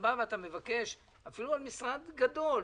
אפילו משרד גדול,